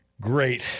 Great